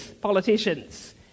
politicians